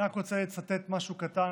אני רק רוצה לצטט משהו קטן.